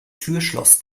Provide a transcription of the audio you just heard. türschloss